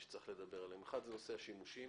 שצריך לדבר עליהם: אחד, נושא השימושים,